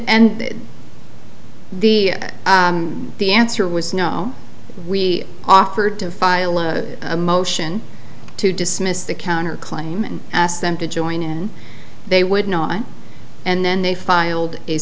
the the answer was no we offered to file a motion to dismiss the counter claim and asked them to join and they would not and then they filed a